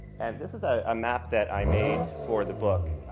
and this is a map that i made for the book.